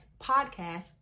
podcast